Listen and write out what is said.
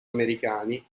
americani